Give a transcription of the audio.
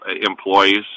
employees